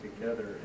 together